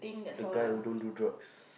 the guy who don't do jobs